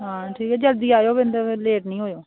आं जल्दी आवेओ बिंद क लेट निं होयो